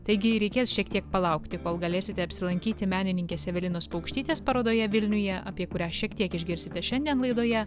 taigi reikės šiek tiek palaukti kol galėsite apsilankyti menininkės evelinos paukštytės parodoje vilniuje apie kurią šiek tiek išgirsite šiandien laidoje